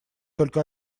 только